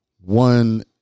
one